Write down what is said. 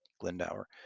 Glendower